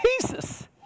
Jesus